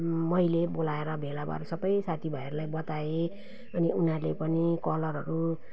मैले बोलाएर भेला भएर सबै साथीभाइहरूलाई बताएँ अनि उनीहरूले पनि कलरहरू